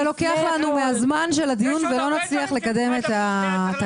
זה לוקח לנו מהזמן של הדיון ולא נצליח לקדם את התקנות,